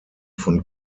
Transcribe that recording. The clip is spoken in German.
von